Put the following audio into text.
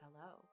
hello